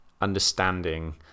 understanding